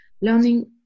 learning